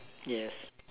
yes